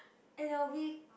and I will be